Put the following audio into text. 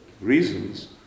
reasons